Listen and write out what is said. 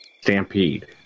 Stampede